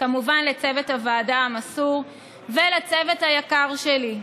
כמובן לצוות הוועדה המסור ולצוות היקר שלי,